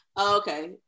okay